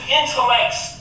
intellects